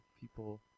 people